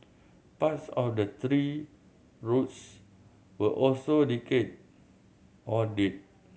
parts of the tree roots were also decayed or dead